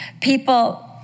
People